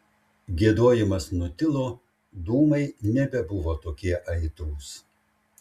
giedojimas nutilo dūmai nebebuvo tokie aitrūs